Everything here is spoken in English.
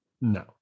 No